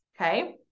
Okay